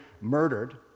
murdered